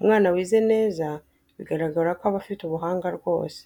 Umwana wize neza bigaragara ko aba afite ubuhanga rwose.